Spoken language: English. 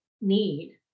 need